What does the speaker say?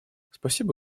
спасибо